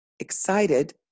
Excited